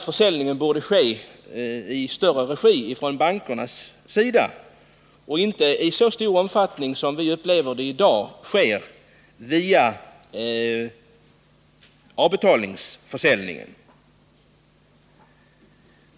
Försäljningen borde i större omfattning ske i bankernas regi och inte i så stor utsträckning som i dag via avbetalningsförsäljning.